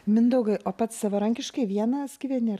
mindaugai o pats savarankiškai vienas gyveni